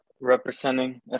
representing